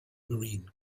marine